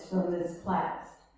this class.